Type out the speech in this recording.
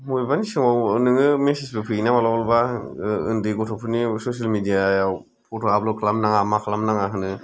मबेबानि समाव नोङो मेसेज बो फैयोना मालाबा मालाबा उन्दै गथ'फोरनि ससेल मिडिया आव फट आपल'ड खालामनो नाङा मानो नाङा होनो